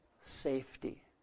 safety